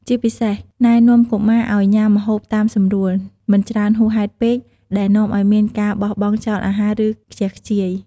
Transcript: ជាពិសេស ណែនាំកុមារឲ្យញ៉ាំម្ហូបតាមសម្រួល មិនច្រើនហួសហេតុពេក ដែលនាំឲ្យមានការបោះបង់ចោលអាហារ ឬខ្ជះខ្ជាយ។